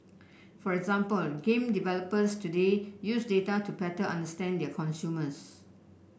for example game developers today use data to better understand their consumers